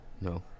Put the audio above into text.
No